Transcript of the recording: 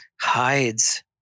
hides